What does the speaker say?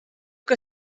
que